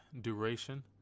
duration